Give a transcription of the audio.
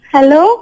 Hello